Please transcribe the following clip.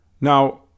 Now